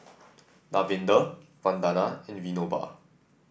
Davinder Vandana and Vinoba